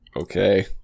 Okay